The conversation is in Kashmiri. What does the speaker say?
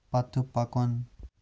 پَتہٕ پکُن